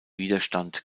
widerstand